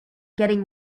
getting